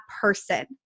person